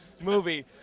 movie